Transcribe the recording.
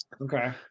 Okay